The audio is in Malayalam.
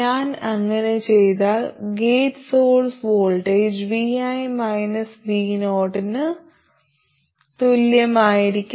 ഞാൻ അങ്ങനെ ചെയ്താൽ gate source voltage vi vo ന് തുല്യമായിരിക്കും